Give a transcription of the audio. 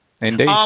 Indeed